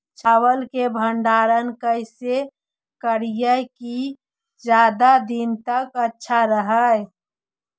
चावल के भंडारण कैसे करिये की ज्यादा दीन तक अच्छा रहै?